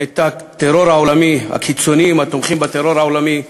את הטרור העולמי הקיצוני ואת התומכים בטרור העולמי.